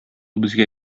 безгә